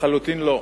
לחלוטין לא.